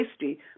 tasty